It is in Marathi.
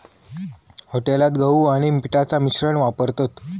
हॉटेलात गहू आणि पिठाचा मिश्रण वापरतत